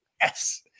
yes